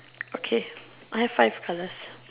okay I have five colours